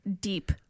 deep